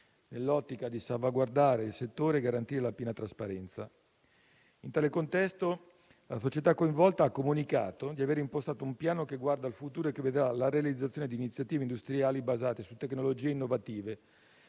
nell'ottica di salvaguardare il settore e garantire la piena trasparenza. In tale contesto, la società coinvolta ha comunicato di aver impostato un piano che guarda al futuro e che vedrà la realizzazione di iniziative industriali basate su tecnologie innovative